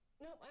No